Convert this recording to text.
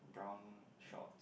brown short